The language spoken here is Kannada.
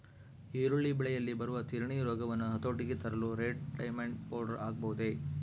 ಈರುಳ್ಳಿ ಬೆಳೆಯಲ್ಲಿ ಬರುವ ತಿರಣಿ ರೋಗವನ್ನು ಹತೋಟಿಗೆ ತರಲು ರೆಡ್ ಡೈಮಂಡ್ ಪೌಡರ್ ಹಾಕಬಹುದೇ?